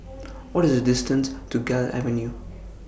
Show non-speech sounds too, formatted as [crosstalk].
[noise] What IS The distance to Gul Avenue [noise]